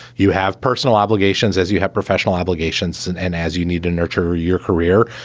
you have personal obligations as you have professional obligations and and as you need to nurture your career,